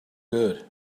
good